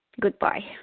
Goodbye